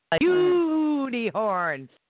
unicorn